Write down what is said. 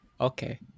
Okay